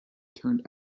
turned